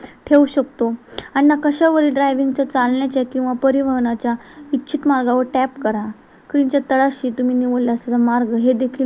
ठेवू शकतो अन नकाशावरील ड्रायविंगच्या चालण्याच्या किंवा परिवहनाच्या इच्छित मार्गावर टॅप करा क्रीनच्या तळाशी तुम्ही निवडले असलेला मार्ग हेदेखील